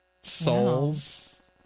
souls